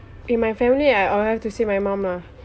in my family I I'll have to say my mum lah